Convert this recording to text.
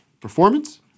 performance